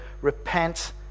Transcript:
Repent